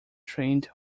trained